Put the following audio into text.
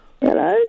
Hello